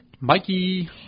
Mikey